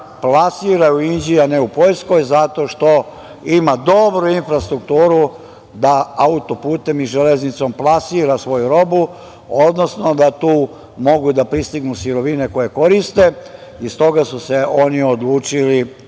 plasira u Inđiji, a ne u Poljskoj zato što ima dobru infrastrukturu da autoputem i železnicom plasira svoju robu, odnosno da tu mogu da pristignu sirovine koje koriste, i stoga su se oni odlučili